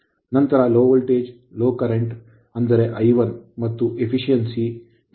ನಂತರ low voltage low current ಕಡಿಮೆ voltage ಕಡಿಮೆ ಪ್ರವಾಹ ಅಂದರೆ I1 ಮತ್ತು efficiency ದಕ್ಷತೆ ಕಂಡುಹಿಡಿಯಬೇಕು